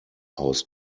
aus